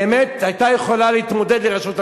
באמת היתה יכולה להתמודד לראשות הממשלה.